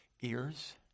ears